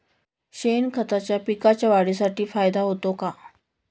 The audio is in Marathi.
शेणखताचा पिकांच्या वाढीसाठी फायदा होतो का?